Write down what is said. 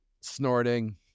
snorting